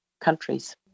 countries